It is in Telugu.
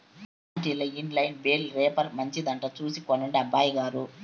ఆటిల్ల ఇన్ లైన్ బేల్ రేపర్ మంచిదట చూసి కొనండి అబ్బయిగారు